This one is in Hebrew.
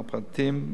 מרפאתיים,